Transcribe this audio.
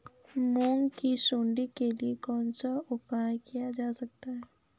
मूंग की सुंडी के लिए कौन सा उपाय किया जा सकता है?